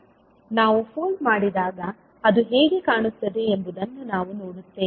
ನಾವು ಫೋಲ್ಡ್ ಮಾಡಿದಾಗ ಅದು ಹೇಗೆ ಕಾಣುತ್ತದೆ ಎಂಬುದನ್ನು ನಾವು ನೋಡುತ್ತೇವೆ